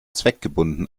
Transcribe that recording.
zweckgebunden